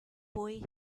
boy